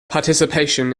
participation